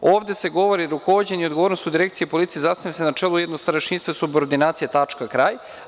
Ovde se govori - rukovođenje i odgovornost u direkciji policije zasniva se na čelu jednog starešinstva subordinacije, Tačka, kraj.